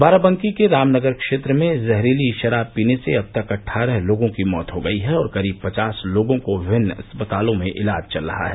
बाराबंकी के रामनगर क्षेत्र में जहरीली शराब पीने से अब तक अट्ठारह लोगों की मौत हो गई है और करीब पचास लोगों का विभिन्न अस्पतालों में इलाज चल रहा है